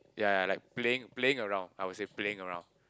ya ya like playing playing around I would say playing around